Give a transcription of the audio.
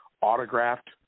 Autographed